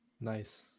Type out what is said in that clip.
Nice